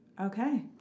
okay